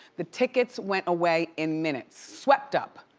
the tickets went away in minutes, swept up.